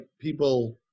people